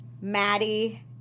Maddie